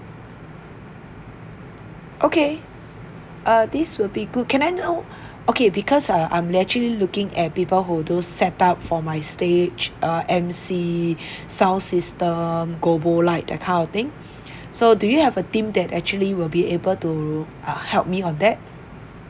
okay uh this will be good can I know okay because ah I'm actually looking at people who do set up for my stage uh emcee sound system gobo light that kind of thing so do you have a team that actually will be able to uh help me on that